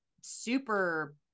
super